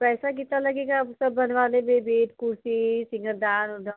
पैसा कितना लगेगा अब सब बनवाने में बेड कुर्सी सिंगारदान ओरदान